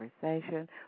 conversation